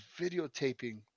videotaping